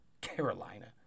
carolina